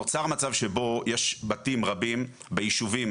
נוצר מצב שבו יש בתים רבים ביישובים